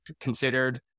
considered